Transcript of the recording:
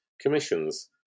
commissions